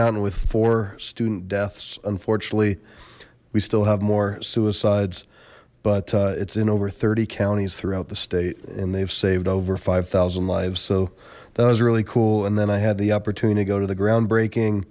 mountain with four student deaths unfortunately we still have more suicides but it's in over thirty counties throughout the state and they've saved over five zero lives so that was really cool and then i had the opportunity to go to the groundbreaking